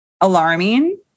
alarming